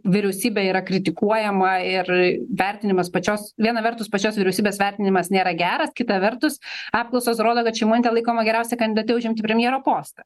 vyriausybė yra kritikuojama ir vertinimas pačios viena vertus pačios vyriausybės vertinimas nėra geras kita vertus apklausos rodo kad šimonytė laikoma geriausia kandidate užimti premjero postą